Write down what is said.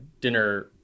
dinner